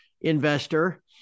investor